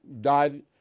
died